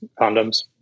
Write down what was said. condoms